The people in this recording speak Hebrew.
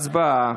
הצבעה.